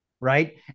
Right